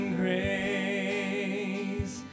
grace